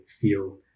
feel